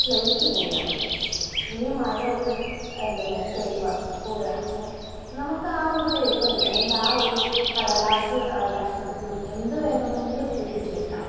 slate പോലെയാണ് ശൂന്യമായ ഒരു എന്താ പറയുക പേപ്പർ പോലെയാണ് അപ്പം നമുക്കാ ഒരു പേപ്പറല്ലേ അല്ലെങ്കില് ആ ഒരു കടലാസ്സ് കഷ്ണത്തിൽ എന്ത് വേണമെങ്കിലും എഴുതി ചേർക്കുക